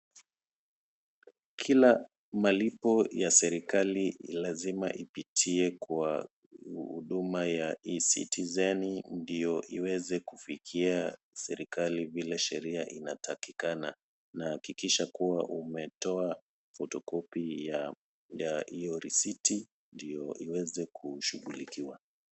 Kila malipo ya serikali lazima ipitie kwa huduma ya ecitizen ndio iweze kufikia serikali vile sheria inatakikana na hakikisha kuwa umetoa photocopy ya hiyo risiti ndo iweze kushughulikiwa.